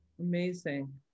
Amazing